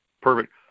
Perfect